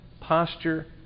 posture